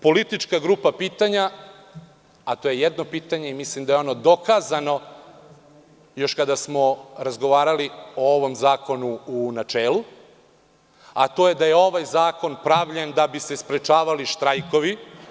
Politička grupa pitanja, a to je jedno pitanje, mislim da je ono dokazano još kada smo razgovarali o ovom zakonu u načelu, a to je da je ovaj zakon pravljen da bi se sprečavali štrajkovi.